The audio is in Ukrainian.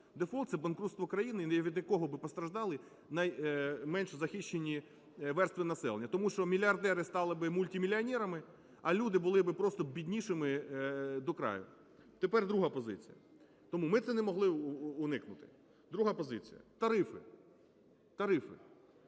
Дефолт – це банкрутство країни, від якого би постраждали найменш захищені верстви населення. Тому що мільярдери стали би мультимільйонерами, а люди були би просто біднішими до краю. Тепер друга позиція. Тому ми це не могли уникнути. Друга позиція – тарифи. Тарифи.